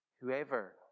whoever